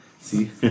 See